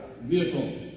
vehicle